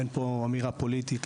אין פה אמירה פוליטית,